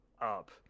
up